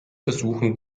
versuchen